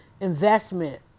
investment